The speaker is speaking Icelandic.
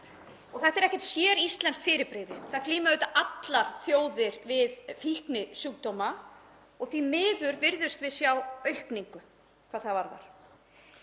og þetta er ekkert séríslenskt fyrirbrigði. Það glíma auðvitað allar þjóðir við fíknisjúkdóma og því miður virðumst við sjá aukningu hvað það varðar.